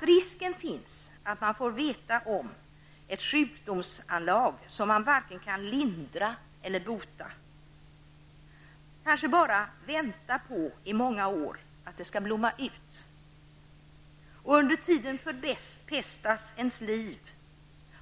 Risken finns att de som undersöks kan få veta att de har sjukdomsanlag som kan varken lindras eller botas. Man kanske bara i många år får vänta på att sjukdomen skall blomma ut. Under tiden förpestas ens liv